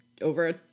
over